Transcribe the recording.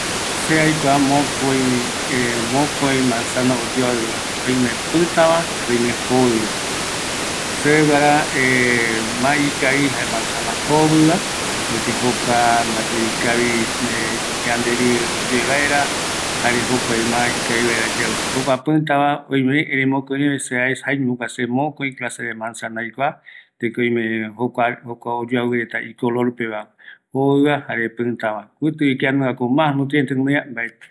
Oime mokoï manzana oyoavɨva, oime pɨtava, jare oime jovɨva, seveguara ,manzana jovɨva ikavi, yanderɨe oyoe vaera, pɨtava ikavivi yau, mokoireve ikavi, erei jovɨva seveguara ikavi